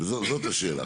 זאת השאלה.